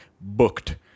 booked